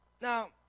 Now